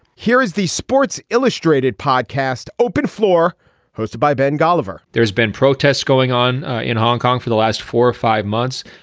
here is the sports illustrated podcast. open floor hosted by ben oliver there has been protests going on in hong kong for the last four or five months.